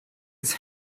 its